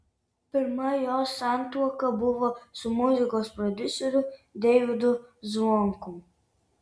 pirma jos santuoka buvo su muzikos prodiuseriu deivydu zvonkum